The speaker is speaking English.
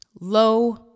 low